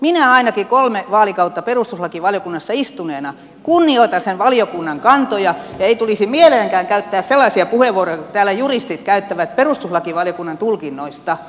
minä ainakin kolme vaalikautta perustuslakivaliokunnassa istuneena kunnioitan sen valiokunnan kantoja ja ei tulisi mieleenikään käyttää sellaisia puheenvuoroja kuin täällä juristit käyttävät perustuslakivaliokunnan tulkinnoista